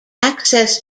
access